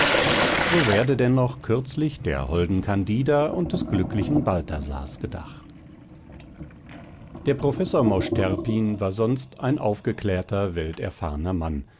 so werde denn noch kürzlich der holden candida und des glücklichen balthasars gedacht der professor mosch terpin war sonst ein aufgeklärter welterfahrner mann